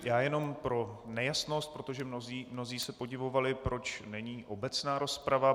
Já jenom pro nejasnost, protože mnozí se podivovali, proč není obecná rozprava.